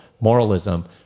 moralism